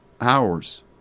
hours